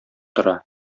тора